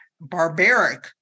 barbaric